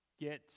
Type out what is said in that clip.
get